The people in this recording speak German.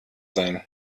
sein